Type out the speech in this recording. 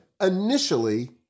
Initially